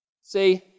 See